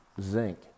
zinc